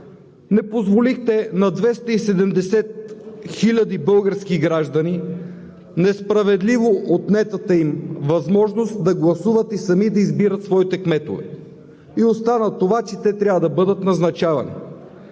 Не позволихте на 270 хиляди български граждани несправедливо отнетата им възможност да гласуват и сами да избират своите кметове и остана това, че те трябва да бъдат назначавани.